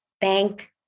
thank